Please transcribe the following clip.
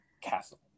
castle